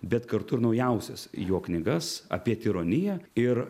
bet kartu ir naujausias jo knygas apie tironiją ir